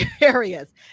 areas